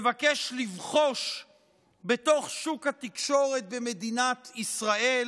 מבקש לבחוש בתוך שוק התקשורת של מדינת ישראל.